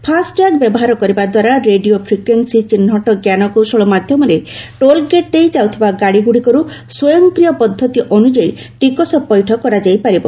FASTag ବ୍ୟବହାର କରିବା ଦ୍ୱାରା ରେଡିଓ ଫିକ୍କେନ୍ ଚିହ୍ରଟ ଞ୍ଜାନକୌଶଳ ମାଧ୍ୟମରେ ଟୋଲ୍ଗେଟ୍ ଦେଇ ଯାଉଥିବା ଗାଡ଼ିଗୁଡ଼ିକରୁ ସ୍ପୟଂକ୍ରିୟ ପଦ୍ଧତି ଅନୁଯାୟୀ ଟିକସ ପଇଠ କରାଯାଇ ପାରିବ